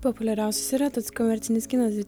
populiariausias yra tas komercinis kinas